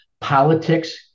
politics